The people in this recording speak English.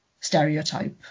stereotype